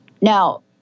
Now